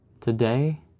today